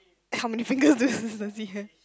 how many fingers does he have